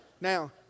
Now